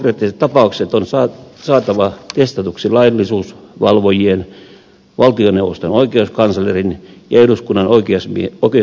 konkreettiset tapaukset on saatava testatuksi laillisuusvalvojien valtioneuvoston oikeuskanslerin ja eduskunnan oikeusasiamiehen tutkimuksilla